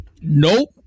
Nope